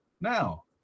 Now